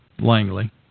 Langley